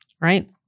right